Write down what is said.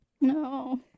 No